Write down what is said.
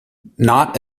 not